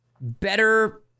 better